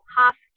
half